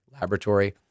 laboratory